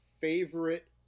favorite